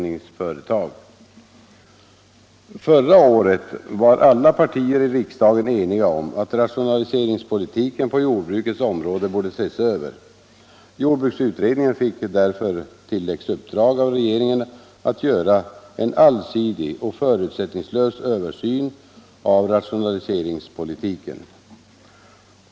Förra året var alla partier i riksdagen eniga om att rationaliseringspolitiken på jordbrukets område borde ses över. Jordbruksutredningen fick därför tilläggsuppdraget av regeringen att göra en allsidig och förutsättningslös översyn av rationaliseringspolitiken.